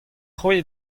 cʼhwi